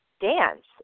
dance